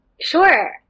Sure